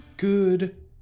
Good